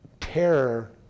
terror